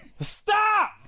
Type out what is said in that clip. Stop